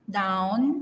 down